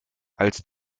als